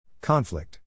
Conflict